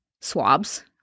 swabs